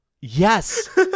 yes